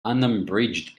unabridged